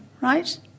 right